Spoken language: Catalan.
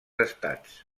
estats